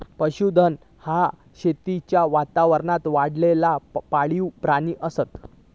पशुधन ह्या शेतीच्या वातावरणात वाढलेला पाळीव प्राणी असत